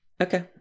Okay